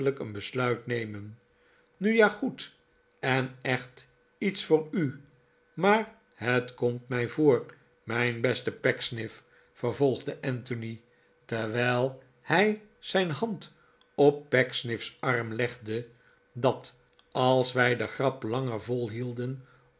een besluit nemen nu ja goed en echt iets voor u maar het komt mij voor mijn beste pecksniff vervolgde anthony terwijl hij zijn hand op pecksniff's arm legde dat als wij de grap langer volhielden